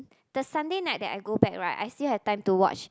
the Sunday night that I go back right I still have time to watch